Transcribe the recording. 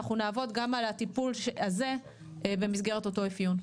אנחנו נעבוד גם על הטיפול הזה במסגרת אותו אפיון.